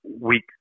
weak